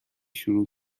شروع